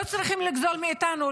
לא צריכים לגזול מאיתנו,